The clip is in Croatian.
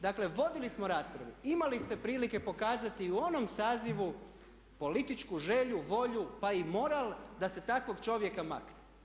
Dakle, vodili smo raspravu, imali ste prilike pokazati i u onom sazivu političku želju, volju pa i moral da se takvog čovjeka makne.